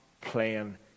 playing